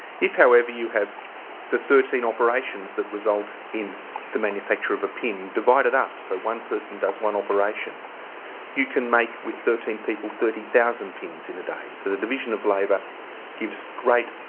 if however you have the thirteen operations that result in the manufacture of a pin divided up, so one person does one operation you can make with thirteen people thirty thousand pins in a day. so, the division of labor gives great,